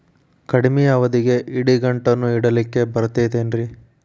ಕಡಮಿ ಅವಧಿಗೆ ಇಡಿಗಂಟನ್ನು ಇಡಲಿಕ್ಕೆ ಬರತೈತೇನ್ರೇ?